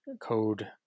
code